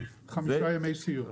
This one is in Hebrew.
חמישה ימי סיור.